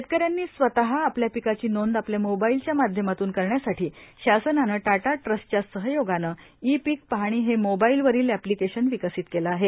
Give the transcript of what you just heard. शेतकऱ्यांनी स्वतः आपल्या पिकाची नोंद आपल्या मोबाईलच्या माध्यमातून करण्यासाठी शासनाने टाटा ट्रस्टच्या सहयोगाने ई पीक पाहणी हे मोबाईलवरील अॅप्लिकेशन विकसित केले आहे